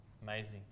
Amazing